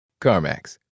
CarMax